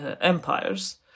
empires